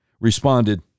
responded